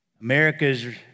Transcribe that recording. America's